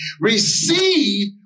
Receive